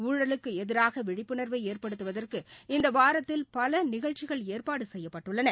ஊழலுக்குஎதிராகவிழிப்புணா்வைஏற்படுத்துவதற்கு இந்தவாரத்தில் பலநிகழ்ச்சிகள் ஏற்பாடுசெய்யப்பட்டுள்ளன